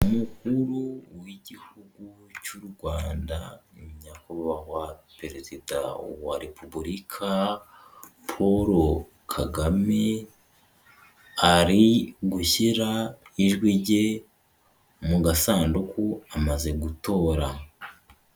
Umukuru w'igihugu cy'u Rwanda nyakubahwa perezida wa Repubulika, Paul Kagame ari gushyira ijwi rye mu gasanduku, amaze gutora.